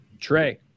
trey